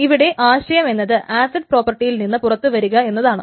ഇവിടെ ആശയം എന്നത് ആസിഡ് പ്രോപ്പർട്ടിയിൽ നിന്ന് പുറത്തുവരുക എന്നതാണ്